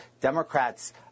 Democrats